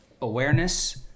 Awareness